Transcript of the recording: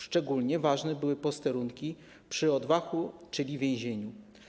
Szczególnie ważne były posterunki przy odwachu, czyli więzieniu.